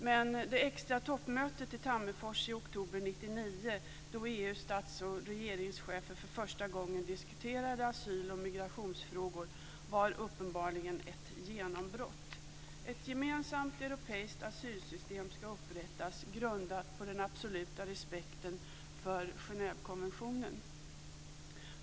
Men det extra toppmötet i Tammerfors i oktober 1999 då EU:s stats och regeringschefer för första gången diskuterade asyl och migrationsfrågor var uppenbarligen ett genombrott. Ett gemensamt europeiskt asylsystem ska upprättas, grundat på den absoluta respekten för Genèvekonventionen.